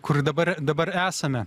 kur dabar dabar esame